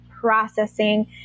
processing